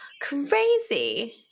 crazy